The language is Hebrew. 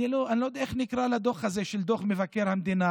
אני לא יודע איך נקרא לדוח הזה, דוח מבקר המדינה